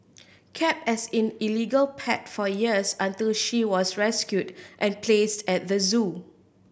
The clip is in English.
kept as in illegal pet for years until she was rescued and placed at the zoo